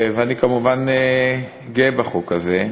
אני כמובן גאה בחוק הזה,